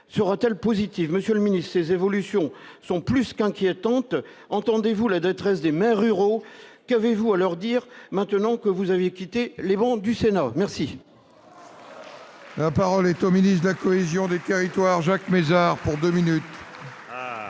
sera-t-elle positive ? Monsieur le ministre, ces évolutions sont plus qu'inquiétantes. Entendez-vous la détresse des maires ruraux ? Qu'avez-vous à leur dire maintenant que vous avez quitté les travées du Sénat ? La parole est à M. le ministre de la cohésion des territoires. Monsieur le sénateur